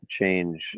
change